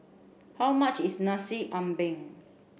how much is Nasi Ambeng